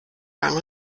gang